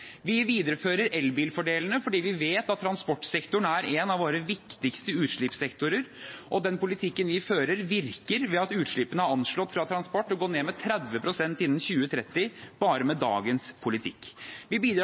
Vi viderefører elbilfordelene fordi vi vet at transportsektoren er en av våre viktigste utslippssektorer. Den politikken vi fører, virker – utslippene fra transport er anslått å gå ned med 30 pst. innen 2030 bare med dagens politikk. Vi bidrar